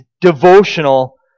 devotional